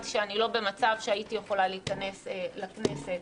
שאני לא במצב שהייתי יכולה להיכנס לכנסת